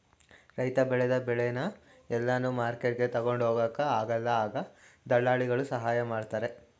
ರೈತ ಬೆಳೆದ ಬೆಳೆನ ಎಲ್ಲಾನು ಮಾರ್ಕೆಟ್ಗೆ ತಗೊಂಡ್ ಹೋಗೊಕ ಆಗಲ್ಲ ಆಗ ದಳ್ಳಾಲಿಗಳ ಸಹಾಯ ಮಾಡ್ತಾರೆ